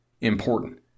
important